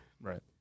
right